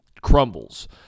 crumbles